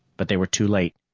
but they were too late.